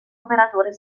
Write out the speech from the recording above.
operatore